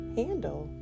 handle